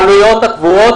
העלויות הקבועות,